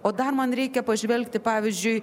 o dar man reikia pažvelgti pavyzdžiui